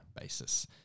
basis